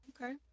Okay